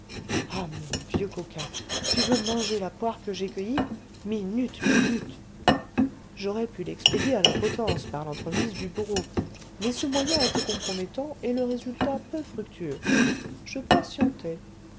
ah mon vieux coquin tu veux manger la poire que j'ai cueillie minute minute j'aurais pu l'expédier à la potence par l'entremise du bourreau mais ce moyen était compromettant et le résultat peu fructueux je patientai